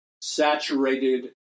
saturated